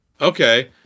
Okay